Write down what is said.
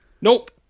Nope